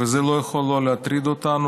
וזה לא יכול שלא להטריד אותנו,